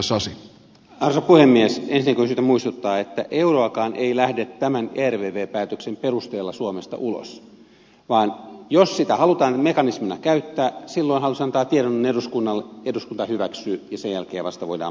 ensinnäkin on syytä muistuttaa että euroakaan ei lähde tämän ervv päätöksen perusteella suomesta ulos vaan jos ervvtä halutaan mekanismina käyttää silloin hallitus antaa tiedonannon eduskunnalle eduskunta hyväksyy ja sen jälkeen vasta voidaan maksaa jotakin